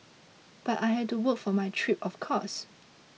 but I had to work for my trip of course